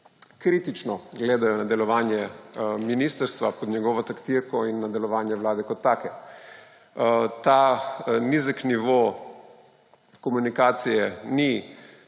kritično gledajo na delovanje ministrstva pod njegovo taktirko in na delovanje vlade kot take. Ta nizek nivo komunikacije ni